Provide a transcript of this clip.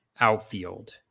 outfield